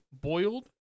boiled